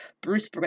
bruce